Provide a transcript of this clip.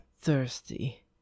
thirsty